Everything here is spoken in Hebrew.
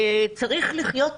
צריך לחיות טוב,